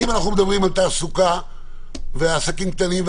אם אנחנו מדברים על תעסוקה ועל עסקים קטנים,